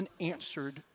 unanswered